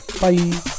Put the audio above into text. Bye